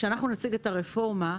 כשאנחנו נציג את הרפורמה,